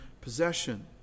possession